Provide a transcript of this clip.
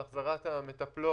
על החזרת המטפלות